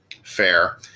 fair